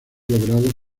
logrado